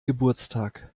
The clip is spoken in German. geburtstag